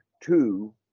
two